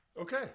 Okay